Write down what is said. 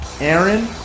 Aaron